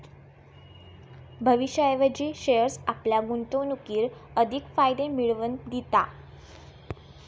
भविष्याऐवजी शेअर्स आपल्या गुंतवणुकीर अधिक फायदे मिळवन दिता